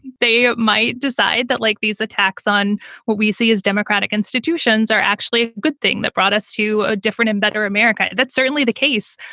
they might decide that, like these attacks on what we see as democratic institutions are actually a good thing. that brought us to a different and better america. that's certainly the case.